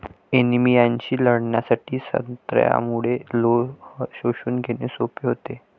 अनिमियाशी लढण्यासाठी संत्र्यामुळे लोह शोषून घेणे सोपे होते